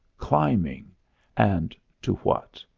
climbing and to what?